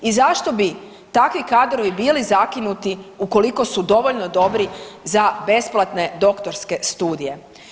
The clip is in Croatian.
I zašto bi takvi kadrovi bili zakinuti ukoliko su dovoljno dobri za besplatne doktorske studije.